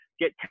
get